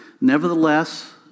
Nevertheless